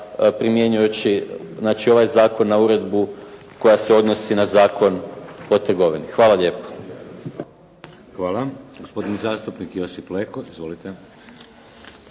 primjenjujući znači ovaj zakon na uredbu koja se odnosi na Zakon o trgovini. Hvala lijepo. **Šeks, Vladimir (HDZ)** Hvala. Gospodin zastupnik Josip Leko. Izvolite.